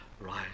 right